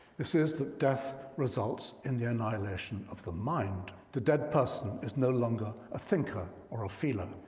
this is that death results in the annihilation of the mind. the dead person is no longer a thinker or a feeler.